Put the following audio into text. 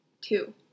two